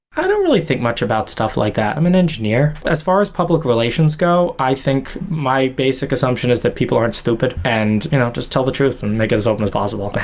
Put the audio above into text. i don't really think much about stuff like that. i'm an engineer. as far as public relations go, i think my basic assumption is that people aren't stupid and just tell the truth and make it as open as possible. but